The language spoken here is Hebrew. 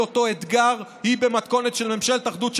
אותו אתגר היא מתכונת של ממשלת אחדות,